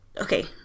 okay